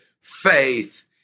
faith